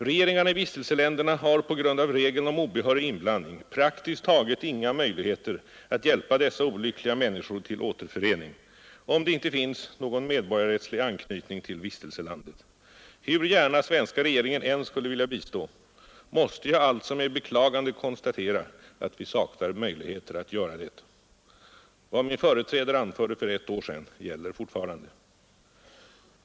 Regeringarna i vistelseländerna har på grund av regeln om obehörig inblandning praktiskt taget inga möjligheter att hjälpa dessa olyckliga människor till återförening, om det inte finns någon medborgarrättslig anknytning till vistelselandet. Hur gärna svenska regeringen än skulle vilja bistå måste jag alltså med beklagande konstatera att vi saknar möjligheter att göra det.” Vad min företrädare anförde för ett år sedan gäller fortfarande.